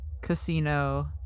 casino